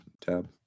tab